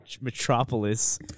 Metropolis